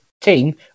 team